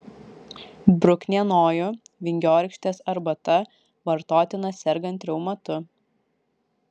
bruknienojų vingiorykštės arbata vartotina sergant reumatu